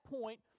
point